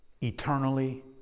Eternally